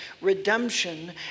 redemption